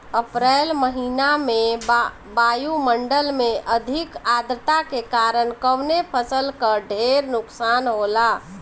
अप्रैल महिना में वायु मंडल में अधिक आद्रता के कारण कवने फसल क ढेर नुकसान होला?